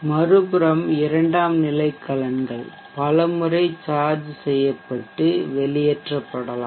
மறுபுறம் இரண்டாம் நிலை கலன்கள் பல முறை சார்ஜ் செய்யப்பட்டு வெளியேற்றப்படலாம்